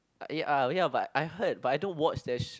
eh ya but I heard but I don't watch that